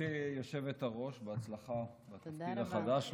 גברתי היושבת-ראש, בהצלחה בתפקיד החדש.